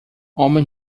homem